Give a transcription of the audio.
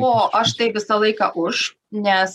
o aš tai visą laiką už nes